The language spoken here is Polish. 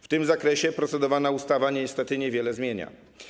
W tym zakresie procedowana ustawa niestety niewiele zmienia.